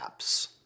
apps